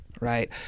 Right